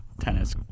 tennis